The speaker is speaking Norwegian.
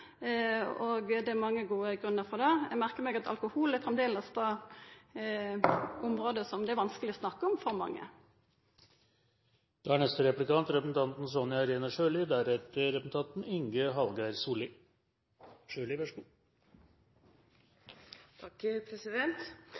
konsumet. Det er mange gode grunnar for det. Eg merkar meg at alkohol framleis er eit område det er vanskeleg å snakka om for